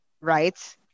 right